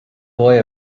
boy